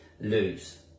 lose